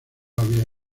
había